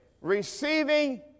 Receiving